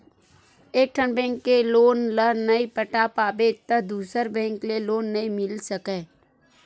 एकठन बेंक के लोन ल नइ पटा पाबे त दूसर बेंक ले लोन नइ मिल सकय